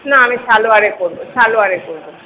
না আমি সালোয়ারে করব সালোয়ারে করব